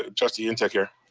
trustee ntuk here.